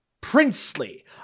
Princely